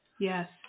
Yes